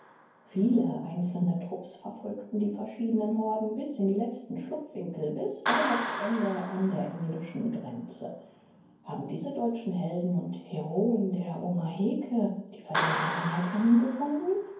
viele einzelne trupps verfolgten die verschiedenen horden bis in die letzten schlupfwinkel bis orlogsende an der englischen grenze haben diese deutschen helden und heroen der omaheke die verdiente anerkennung gefunden